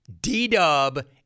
D-Dub